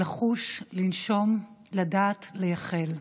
לחוש, לנשום, / לדעת, לייחל,